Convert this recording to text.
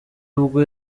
ubwo